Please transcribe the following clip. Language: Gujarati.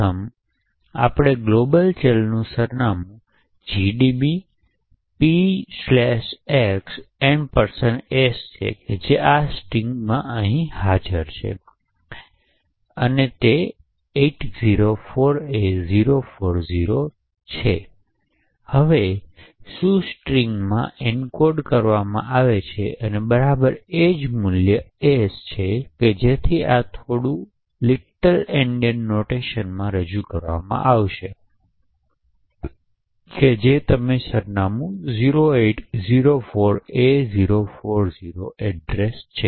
પ્રથમ ગ્લોબલ ચલ સરનામું gdb px s છે જે આ સ્ટ્રિંગ હાજર અહીં પર 804a040 અને તે એક મૂલ્ય ધરાવે છે અને શું સ્ટ્રિંગ માં એનકોડ કરવામાં આવી છે બરાબર એ જ મૂલ્ય છે એસ તેથી આ થોડું લિટલ એંડિયન નોટેશનમાં રજૂ કરવામાં આવે છે તમે અહીં લખો તે 0804a040 સરનામું છે